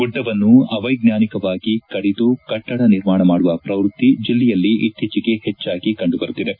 ಗುಡ್ಡವನ್ನು ಅವೈಜ್ಞಾನಿಕವಾಗಿ ಕಡಿದು ಕಟ್ಟಡ ನಿರ್ಮಾಣ ಮಾಡುವ ಪ್ರವೃತಿ ಜಿಲ್ಲೆಯಲ್ಲಿ ಇತ್ತೀಚೆಗೆ ಹೆಚ್ಚಾಗಿ ಕಂಡುಬರುತ್ತಿವೆ